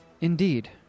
indeed